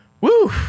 Woo